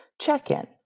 check-in